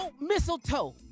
mistletoe